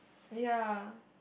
ya